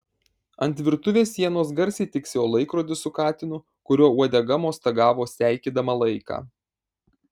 ant virtuvės sienos garsiai tiksėjo laikrodis su katinu kurio uodega mostagavo seikėdama laiką